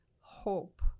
hope